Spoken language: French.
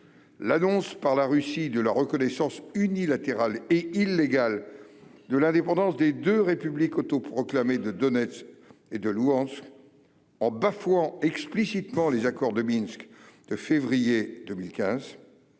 l'annonce par la Russie de la reconnaissance unilatérale et illégale de l'indépendance des deux Républiques autoproclamées de Donetsk et de Louhansk en bafouant explicitement les accords de Minsk de février 2015,